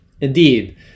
Indeed